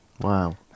Wow